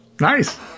Nice